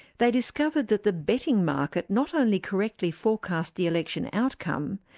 they discovered that the betting market not only correctly forecast the election outcome,